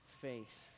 faith